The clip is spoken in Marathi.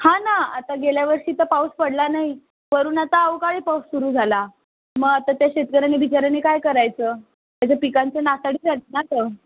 हां ना आता गेल्या वर्षी तर पाऊस पडला नाही वरून आता अवकाळी पाऊस सुरु झाला मग आता त्या शेतकऱ्याने बिचाऱ्याने काय करायचं त्याच्या पिकांची नासाडी झाली ना गं